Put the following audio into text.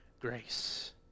grace